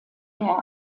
der